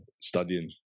studying